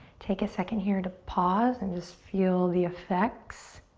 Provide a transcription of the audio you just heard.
take a second here to pause and just feel the effects.